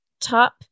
Top